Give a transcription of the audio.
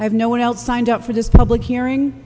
i have no one else signed up for this public hearing